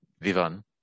Vivian